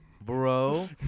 bro